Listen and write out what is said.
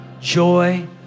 joy